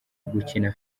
gukina